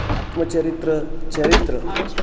आत्मचरित्र चरित्र